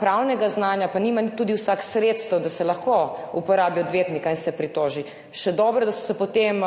pravnega znanja in vsak tudi nima sredstev, da lahko uporabi odvetnika in se pritoži. Še dobro, da so se potem